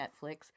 Netflix